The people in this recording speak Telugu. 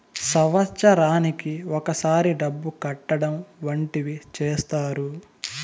సంవత్సరానికి ఒకసారి డబ్బు కట్టడం వంటివి చేత్తారు